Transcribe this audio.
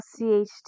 CHD